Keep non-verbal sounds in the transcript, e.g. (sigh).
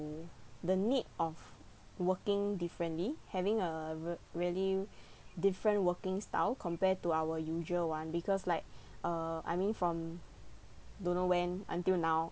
the need of working differently having a rea~ really (breath) different working style compared to our usual [one] because like (breath) uh I mean from don't know when until now